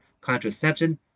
Contraception